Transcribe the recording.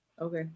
Okay